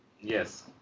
Yes